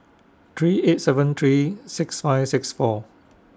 three eight seven three six five six four